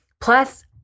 Plus